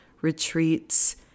retreats